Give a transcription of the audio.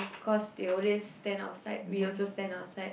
cause they always stand outside we also stand outside